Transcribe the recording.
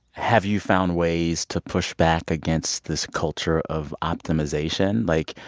have you found ways to push back against this culture of optimization? like,